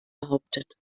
behauptet